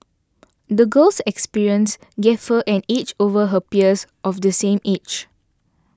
the girl's experiences gave her an edge over her peers of the same age